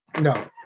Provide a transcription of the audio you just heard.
No